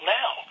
now